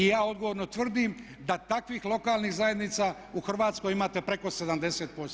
I ja odgovorno tvrdim da takvih lokalnih zajednica u Hrvatskoj imate preko 70%